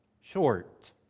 short